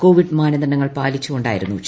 Covid മാനദണ്ഡങ്ങൾ പാലിച്ചുകൊണ്ടായിരുന്നു ചടങ്ങ്